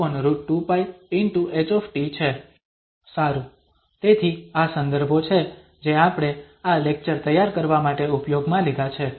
સારું તેથી આ સંદર્ભો છે જે આપણે આ લેક્ચર તૈયાર કરવા માટે ઉપયોગમાં લીધા છે